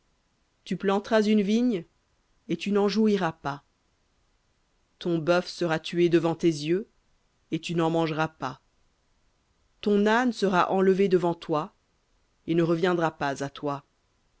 tu planteras une vigne et tu n'en jouiras pas ton bœuf sera tué devant tes yeux et tu n'en mangeras pas ton âne sera enlevé devant toi et ne reviendra pas à toi